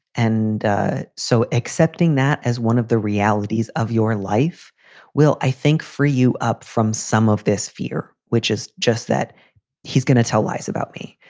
and so accepting that as one of the realities of your life will, i think, free you up from some of this fear, which is just that he's going to tell lies about me.